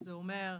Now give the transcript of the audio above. זה אומר,